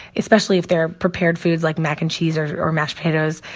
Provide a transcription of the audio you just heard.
especially if they're prepared foods like mac and cheese or or mashed potatoes,